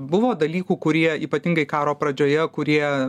buvo dalykų kurie ypatingai karo pradžioje kurie